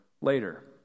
later